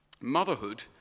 motherhood